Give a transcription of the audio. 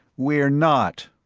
we're not.